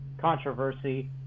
controversy